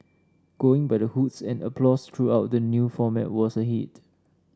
going by the hoots and applause throughout the new format was a hit